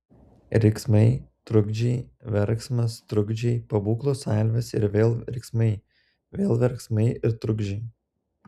riksmai trukdžiai verksmas trukdžiai pabūklų salvės ir vėl riksmai vėl verksmai ir trukdžiai